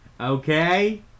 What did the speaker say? okay